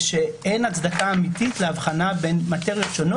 ושאין הצדקה אמיתית להבחנה בין מטריות שונות